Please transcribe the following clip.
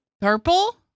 Purple